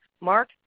Mark